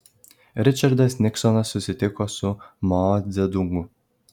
ričardas niksonas susitiko su mao dzedungu